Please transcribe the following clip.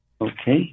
Okay